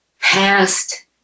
past